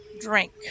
drink